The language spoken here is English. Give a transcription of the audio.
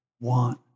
want